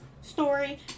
Story